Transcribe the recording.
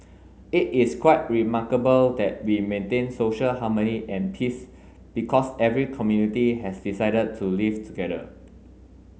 it is quite remarkable that we maintain social harmony and peace because every community has decided to live together